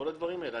כל הדברים האלה.